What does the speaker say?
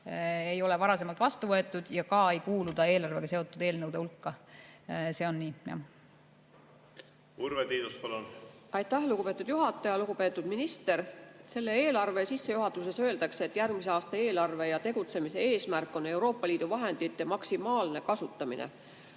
ei ole varasemalt vastu võetud, ka ei kuulu see eelarvega seotud eelnõude hulka. See on nii, jah. Urve Tiidus, palun! Urve Tiidus, palun! Aitäh, lugupeetud juhataja! Lugupeetud minister! Selle eelarve sissejuhatuses öeldakse, et järgmise aasta eelarve ja tegutsemise eesmärk on Euroopa Liidu vahendite maksimaalne kasutamine.